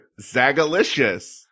zagalicious